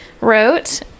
wrote